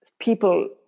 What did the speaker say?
people